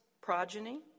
progeny